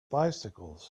bicycles